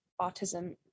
autism